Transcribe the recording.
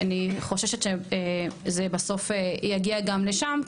אני חוששת שבסוף זה יגיע גם לשם,